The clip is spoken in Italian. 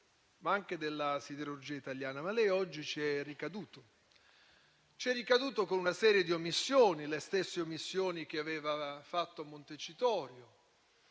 ma anche della siderurgia italiana. Ma lei oggi ci è ricaduto; e ci è ricaduto con una serie di omissioni, le stesse omissioni che aveva fatto a Montecitorio.